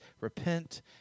repent